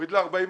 להוריד ל-40%.